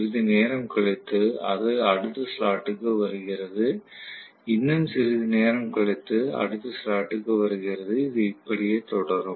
சிறிது நேரம் கழித்து அது அடுத்த ஸ்லாட்டுக்கு வருகிறது இன்னும் சிறிது நேரம் கழித்து அடுத்த ஸ்லாட்டுக்கு வருகிறது இது இப்படியே தொடரும்